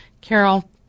Carol